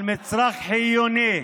על מצרך חיוני,